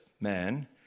man